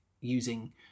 using